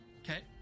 Okay